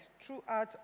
throughout